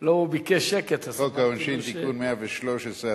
לקריאה שנייה ובקריאה שלישית.